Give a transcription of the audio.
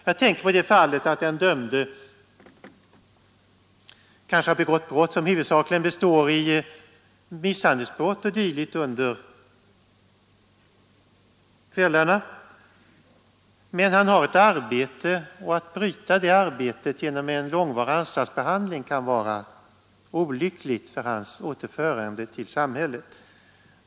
Jag tänker på sådana fall där den dömde huvudsakligen har begått misshandelsbrott o. d. på kvällarna medan han har ett arbete på dagarna. Att avbryta det arbetet genom en långvarig anstaltsbehandling kan vara olyckligt för hans återförande till samhället.